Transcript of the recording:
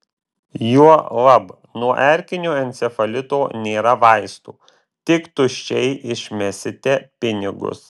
juolab nuo erkinio encefalito nėra vaistų tik tuščiai išmesite pinigus